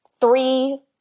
three